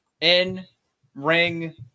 in-ring